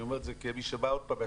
אני אומר את זה כמי שבא מהשטח,